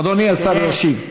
אדוני השר ישיב.